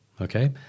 okay